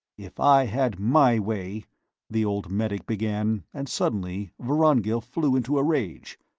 if i had my way the old medic began, and suddenly vorongil flew into a rage.